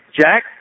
Jack